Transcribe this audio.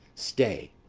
stay!